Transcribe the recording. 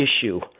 issue